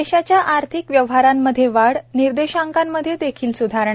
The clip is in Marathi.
देशाच्या आर्थिक व्ययव्हरांमध्ये वाढ निर्देशांकमध्ये देखील सुधारणा